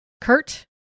Kurt